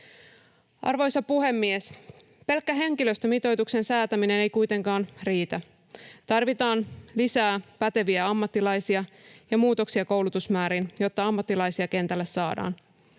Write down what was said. Arvoisa puhemies! Pelkkä henkilöstömitoituksen säätäminen ei kuitenkaan riitä. Tarvitaan lisää päteviä ammattilaisia ja muutoksia koulutusmääriin, jotta ammattilaisia saadaan